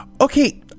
Okay